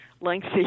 lengthy